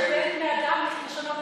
זה לא לדבר.